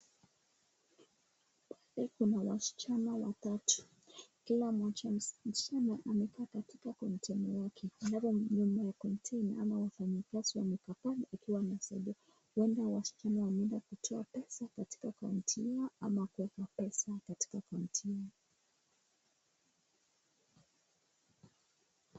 Hapa kuna wasichana watatu. Kila mmoja msichana amekaa katika counter yake. Halafu nyuma ya counter ama wafanyikazi wamekaa pale wakiwa wanasaidia. Huenda wasichana wameenda kutoa pesa katika counter hiyo ama kuweka pesa katika counter hiyo.